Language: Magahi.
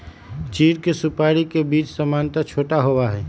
चीड़ के सुपाड़ी के बीज सामन्यतः छोटा होबा हई